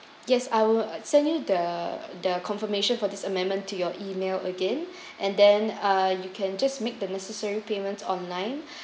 yes I will send you the the confirmation for this amendment to your email again and then uh you can just make the necessary payments online